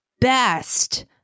best